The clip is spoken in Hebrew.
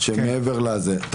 שמעבר לזה, נכון?